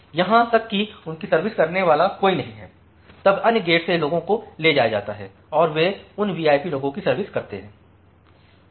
यहां तक कि उनकी सर्विस करने वाला कोई नहीं है तब अन्य गेट से लोगों को ले जाया जाता है और वे उन वीआईपी लोगों की सर्विस करते हैं